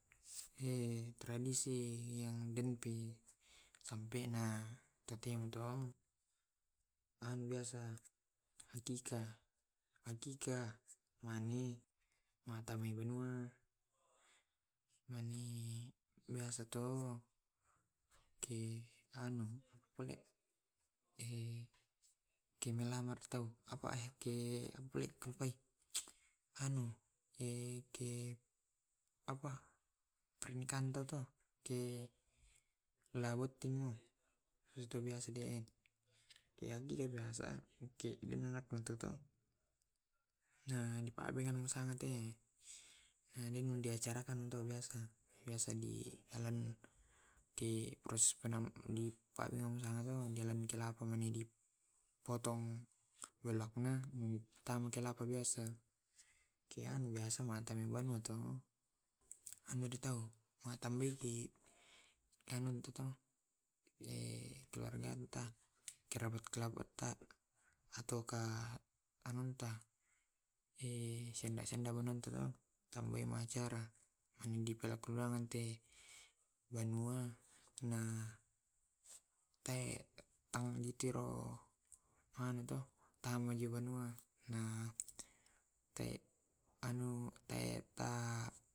Di tambaimitau untuk kandeang, tamaimi tau mabaca baca kelilini banua, ma pubene baca baca surong paui anne di patamai mi tau mabaca bacammi duka asseleangi muto dikalilingi dibaca bacai iyate wadde to majoge biasa njo duka to kabuttinganto biasa acara acara pesto koaro mande tau acara acara lomba, kumpul kumpul andero si simpungasengi to sipacaritami ngasangmi to